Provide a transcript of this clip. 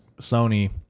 Sony